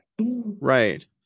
Right